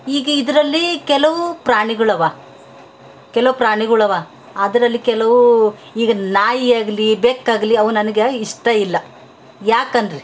ಈಗ ಇದರಲ್ಲಿ ಕೆಲವು ಪ್ರಾಣಿಗಳವೆ ಕೆಲವು ಪ್ರಾಣಿಗಳವ ಅದರಲ್ಲಿ ಕೆಲವು ಈಗ ನಾಯಿಯಾಗಲಿ ಬೆಕ್ಕಾಗಲಿ ಅವು ನನ್ಗೆ ಇಷ್ಟ ಇಲ್ಲ ಯಾಕನ್ನಿರಿ